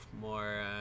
more